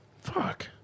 Fuck